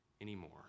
anymore